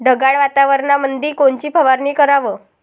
ढगाळ वातावरणामंदी कोनची फवारनी कराव?